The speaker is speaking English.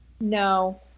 No